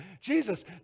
Jesus